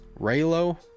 raylo